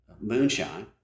moonshine